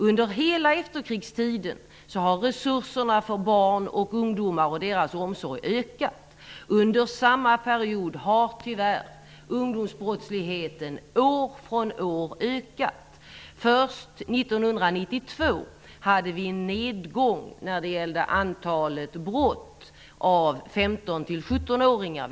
Under hela efterkrigstiden har resurserna för barn och ungdomar och deras omsorg ökat. Under samma period har tyvärr ungdomsbrottsligheten ökat år för år. Först 1992 hade vi en nedgång när det gällde antalet brott begångna av 15--17-åringarna.